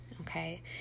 okay